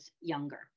younger